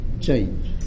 change